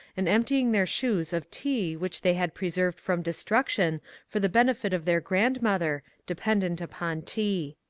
and emptying their shoes of tea which they had preserved from destruction for the benefit of their grandmother, dependent upon tea.